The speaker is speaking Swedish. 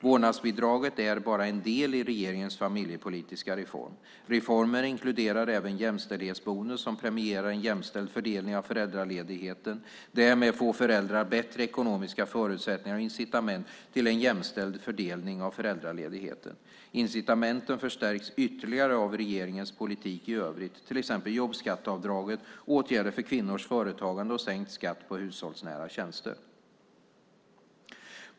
Vårdnadsbidraget är bara en del i regeringens familjepolitiska reform. Reformen inkluderar även en jämställdhetsbonus som premierar en jämställd fördelning av föräldraledigheten. Därmed får föräldrar bättre ekonomiska förutsättningar och incitament till en jämställd fördelning av föräldraledigheten. Incitamenten förstärks ytterligare av regeringens politik i övrigt, till exempel jobbskatteavdraget, åtgärder för kvinnors företagande och sänkt skatt på hushållsnära tjänster.